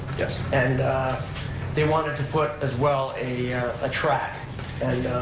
yes. and they wanted to put as well a ah track and